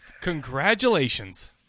Congratulations